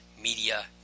media